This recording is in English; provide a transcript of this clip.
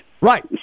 Right